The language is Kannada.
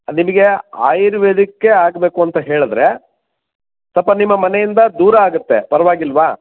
ನಿಮಗೆ ಆಯುರ್ವೇದಿಕ್ಕೇ ಆಗಬೇಕು ಅಂತ ಹೇಳಿದರೆ ಸ್ವಲ್ಪ ನಿಮ್ಮ ಮನೆಯಿಂದ ದೂರ ಆಗುತ್ತೆ ಪರವಾಗಿಲ್ವಾ